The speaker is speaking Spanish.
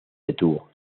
detuvo